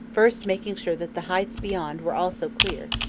first making sure that the heights beyond were also clear,